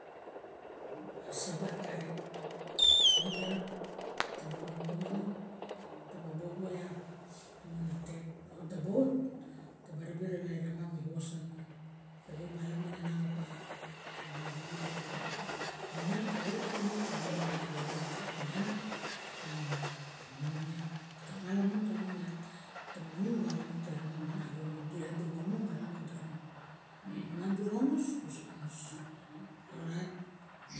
Saban karen, inung iak taba momonong taba bobo iak, lamun atet na taba ot taba ribe ra eramam me vos anung pa io u malamun e nang op ma malamun ine op ma, ine miang kavae ra tinip kalaluonin karen miang op miang, mamonomong iak ka ma iamun kanaung iat, taba mu malamun te ramam me nago. Idu iatbdi ra ba mu malamun tanung, miang du muso ngus, orait.